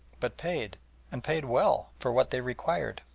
but paid and paid well for what they required?